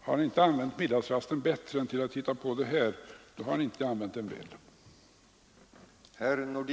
Har han inte använt middagsrasten bättre än till att hitta på det här, då har han inte använt den väl!